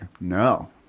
No